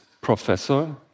professor